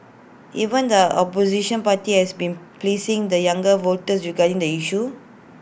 even the opposition party has been pleasing the younger voters regarding the issue